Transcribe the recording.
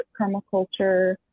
permaculture